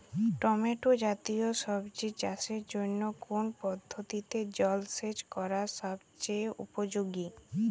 Tomato জাতীয় সবজি চাষের জন্য কোন পদ্ধতিতে জলসেচ করা সবচেয়ে উপযোগী?